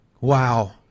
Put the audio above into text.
Wow